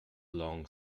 long